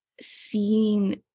seeing